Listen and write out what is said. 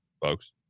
folks